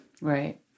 Right